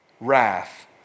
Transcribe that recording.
wrath